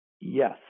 yes